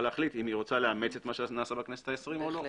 להחליט אם היא רוצה לאמץ את מה שנעשה בכנסת העשרים או לא.